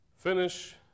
Finish